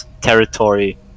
territory